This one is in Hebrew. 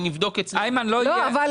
אגב,